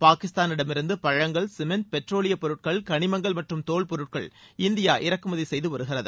பாகிஸ்தானிடமிருந்து பழங்கள் சிமென்ட் பெட்ரோலியப் பொருட்கள் களிமங்கள் மற்றும் தோல் பொருட்கள் இந்தியா இறக்குமதி செய்து வருகிறது